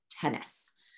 tennis